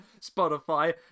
spotify